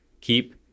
Keep